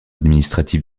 administratif